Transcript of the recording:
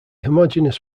homogeneous